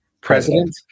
president